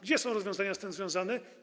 Gdzie są rozwiązania z tym związane?